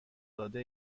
داده